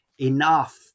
enough